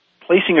placing